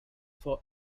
for